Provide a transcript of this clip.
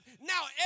now